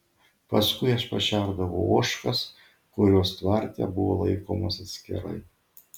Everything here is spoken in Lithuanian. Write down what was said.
paskui aš pašerdavau ožkas kurios tvarte buvo laikomos atskirai